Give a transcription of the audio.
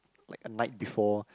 like a night before